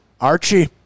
Archie